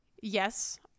Yes